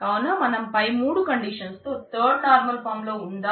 కావున మనం పై మూడు కండీషన్సుతో థర్డ్ నార్మల్ ఫాం లో ఉందా